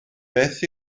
beth